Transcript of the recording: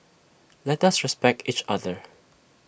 let us respect each other